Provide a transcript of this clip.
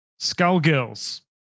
Skullgirls